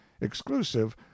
exclusive